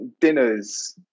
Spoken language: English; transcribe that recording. dinners